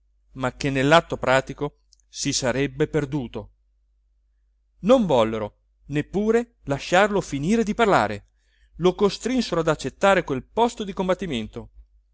ma che nellatto pratico si sarebbe perduto non vollero neppur lasciarlo finire di parlare lo costrinsero ad accettare quel posto di combattimento